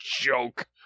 joke